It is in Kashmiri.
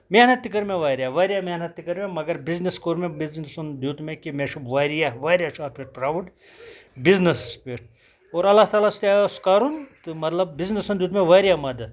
محنت تہِ کٔر مےٚ واریاہ واریاہ محنت تہِ کٔر مےٚ مَگر بِزنٮ۪س کوٚر مےٚ بِزنٮ۪سن دیُت مےٚ کہِ مےٚ چھُ واریاہ واریاہ چھُ اَتھ پٮ۪ٹھ پرٛوُڈ بِزنٮ۪سس پٮ۪ٹھ اور اللہ تعالیٰ ہس تہِ اوس کَرُن تہٕ مطلب بِزنٮ۪سن دیُت مےٚ واریاہ مدد